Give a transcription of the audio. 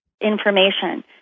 information